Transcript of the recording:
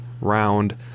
round